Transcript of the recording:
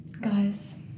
Guys